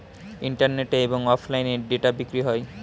ইন্টারনেটে এবং অফলাইনে ডেটা বিক্রি হয়